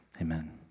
Amen